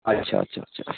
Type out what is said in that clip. আচ্ছা আচ্ছা আচ্ছা